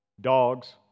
dogs